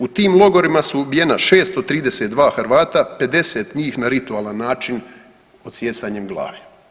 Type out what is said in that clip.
U tim logorima su ubijena 632 Hrvata, 50 njih na ritualan način odsijecanjem glave.